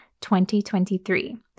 2023